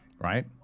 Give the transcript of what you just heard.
Right